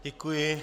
Děkuji.